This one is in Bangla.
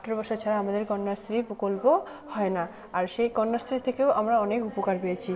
আঠেরো বছর ছাড়া আমাদের কন্যাশ্রী প্রকল্প হয় না আর সেই কন্যাশ্রী থেকেও আমরা অনেক উপকার পেয়েছি